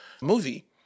movie